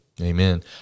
amen